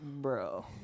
bro